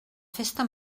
festa